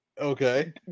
Okay